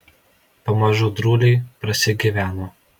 pamažu drūliai prasigyveno